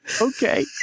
Okay